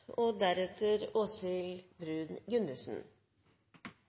og deretter